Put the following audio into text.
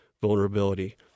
vulnerability